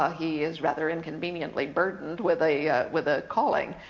ah he is rather inconveniently burdened with a with a calling.